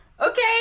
Okay